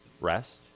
rest